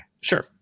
Sure